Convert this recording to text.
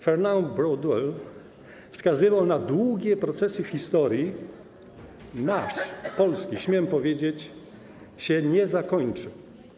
Fernand Braudel wskazywał na długie procesy w historii - nasz polski, śmiem powiedzieć, się nie zakończy.